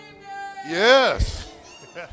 Yes